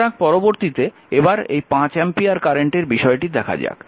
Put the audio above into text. সুতরাং পরবর্তীতে এবার এই 5 অ্যাম্পিয়ার কারেন্টের বিষয়টি দেখা যাক